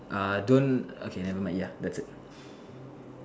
uh don't okay never mind ya that's it